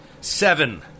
Seven